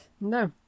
No